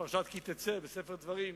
בפרשת כי תצא בספר דברים,